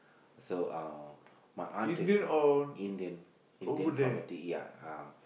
so uh my aunt is from Indian Indian committee ya uh